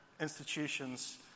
institutions